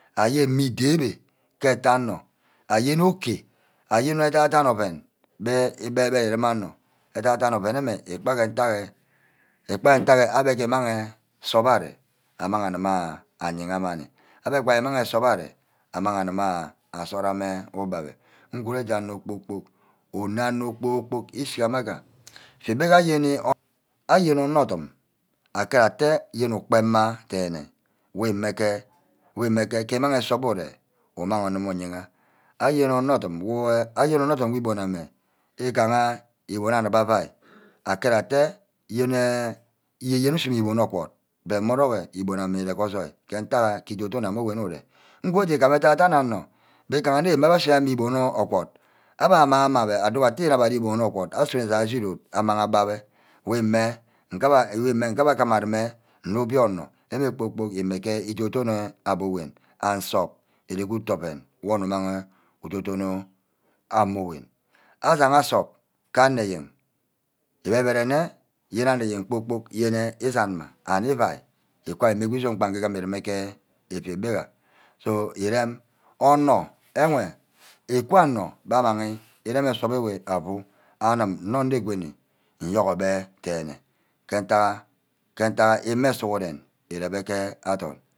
Mme-ide ewe ke etho anor ayen okay. ayen eda-dan oven gbe igbaí-bai erem onor eda-da oven íkpa ke ntack enh abe ke ímang nsup arear amang ayima ayigamanni. abe îmang nsup arear amang aduma mme amang asara uba-beh nguraje mme kpor-kpork unie onor kpor-kpor ushimaga shige-bayene. ayen onor ordum akare-atte yene ukpama denne wumege imang nsup ure. umang dumu yagha. ayen onor dum wey. ayen onor ordum mme ebon ame igaha ebom enip-mme-anip quiai akere atte yene yene ushima ebon orqiuad but mmeruge íbon ame íre gor ojoi ke ntack eh idon don mme nsort ame ure. ugo îgam adan-dan onor mme gan-nne abbe ashi mmah îgbon orqiuad abbe amang ama abe adowor atte agbe ashima igbon oqiuad mme nja aje írod amang abar-be weme wemeh nge abbe ajagha aguma nne obio onor abbe kpor-kpork imege ídon-donne abowen and nsup ire ke utu amme wor onor umag udon-donor amuwen asangha nsup ka anor-eyen. ebere ebere nne yenne anor eyen kpor-kpork yene isanma and evai igwoma ívene îzome ke effia gbiga so irem onor enwe iquo anor bah amaghi ireme nsup amme afu anim nne onor gwani iyourgobe donne ke-ntagha. ke-ntagha ime sughuren írebe adorn